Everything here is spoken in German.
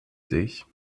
sich